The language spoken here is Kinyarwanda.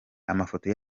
amafoto